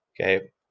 Okay